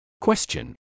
Question